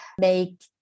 make